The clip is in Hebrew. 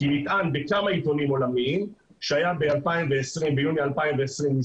כי נטען בכמה עיתונים עולמיים שביוני 2020 היו